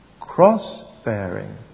Cross-bearing